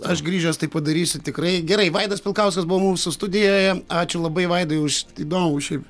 aš grįžęs tai padarysiu tikrai gerai vaidas pilkauskas buvo mūsų studijoje ačiū labai vaidai už įdomų šiaip